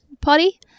Potty